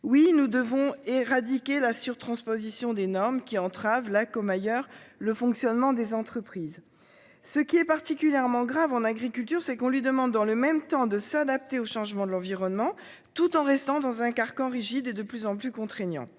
Oui nous devons éradiquer la sur-transposition des normes qui entravent là comme ailleurs le fonctionnement des entreprises. Ce qui est particulièrement grave en agriculture c'est qu'on lui demande dans le même temps de s'adapter aux changements de l'environnement, tout en restant dans un carcan rigide et de plus en plus contraignant.